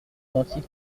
identiques